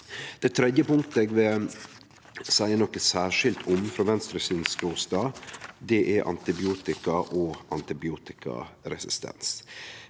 Det tredje punktet eg vil seie noko særskilt om frå Venstres ståstad, er antibiotika og antibiotikaresistens.